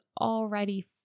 already